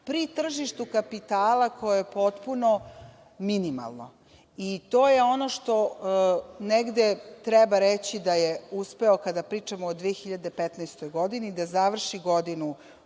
pri tržištu kapitala koje je potpuno minimalno i to je ono što negde treba reći da je uspeo, kada pričamo o 2015. godini, da završi godinu